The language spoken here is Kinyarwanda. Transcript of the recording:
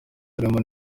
harimo